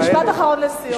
משפט אחרון לסיום.